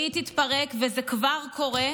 וכשהיא תתפרק, וזה כבר קורה,